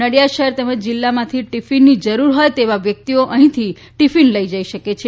નડિયાદ શહેર તેમજ જિલ્લામાંથી ટીફીનની જરૂર છે તેવા વ્યક્તિઓ અહીંથી ટીફીન લઈ જઈ શકે છે